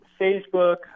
Facebook